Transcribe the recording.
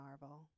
marvel